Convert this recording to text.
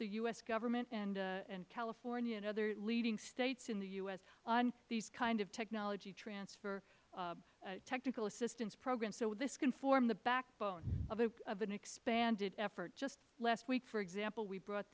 the u s government and california and other leading states in the u s on these kind of technology transfer technical assistance programs so this can form the backbone of an expanded effort just last week for example we brought